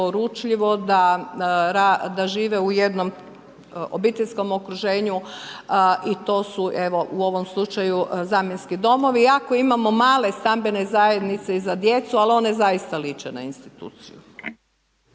da žive u jednom obiteljskom okruženju i to su evo u ovom slučaju zamjenski domovi. Iako imamo male stambene zajednice i za djecu, ali one zaista liče na instituciju.